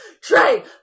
Trey